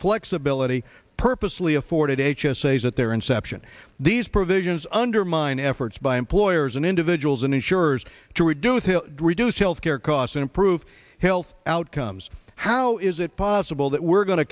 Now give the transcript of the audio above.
flexibility purposely afforded h s h at their inception these provisions undermine efforts by employers and individuals and insurers to reduce him reduce health care costs and improve health outcomes how is it possible that we're going to